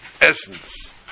essence